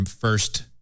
first